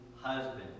husband